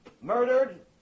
murdered